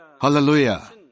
Hallelujah